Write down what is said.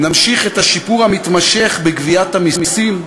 נמשיך את השיפור המתמשך בגביית המסים,